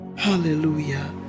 Hallelujah